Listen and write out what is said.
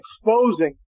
exposing